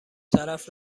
طرف